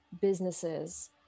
businesses